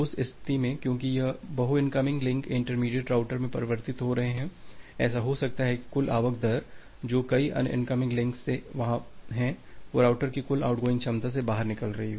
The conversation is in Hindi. उस स्थिति में क्योंकि यह बहु इनकमिंग लिंक इंटरमीडिएट राउटर में परिवर्तित हो रहे हैं ऐसा हो सकता है कि कुल आवक दर जो कई अन्य इनकमिंग लिंक्स से वहाँ हैं वह राउटर की कुल आउटगोइंग क्षमता से बाहर निकल रही है